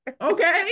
Okay